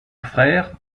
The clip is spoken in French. frère